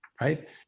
right